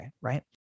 right